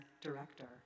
director